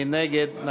מי נגד?